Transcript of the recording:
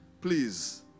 Please